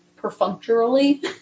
perfunctorily